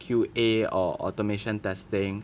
Q_A or automation testing